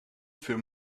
für